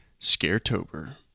Scaretober